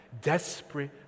desperate